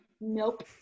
Nope